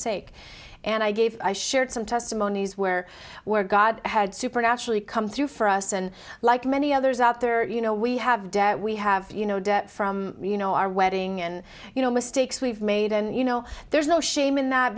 sake and i gave i shared some testimonies where where god had supernaturally come through for us and like many others out there you know we have debt we have you know debt from you know our wedding and you know mistakes we've made and you know there's no shame in that